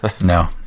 No